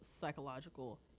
psychological